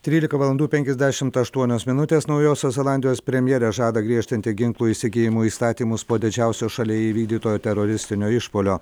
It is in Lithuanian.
trylika valandų penkiasdešim aštuonios minutės naujosios zelandijos premjerė žada griežtinti ginklų įsigijimo įstatymus po didžiausio šalyje įvykdyto teroristinio išpuolio